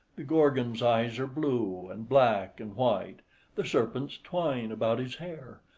the gorgon's eyes are blue, and black, and white the serpents twine about his hair,